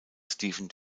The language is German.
stephen